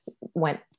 went